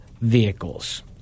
vehicles